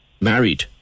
married